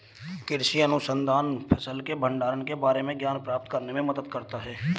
कृषि अनुसंधान फसल के भंडारण के बारे में ज्ञान प्राप्त करने में मदद करता है